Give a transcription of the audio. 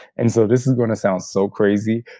and so this is going to sound so crazy.